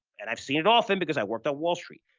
and i've seen it often because i worked at wall street.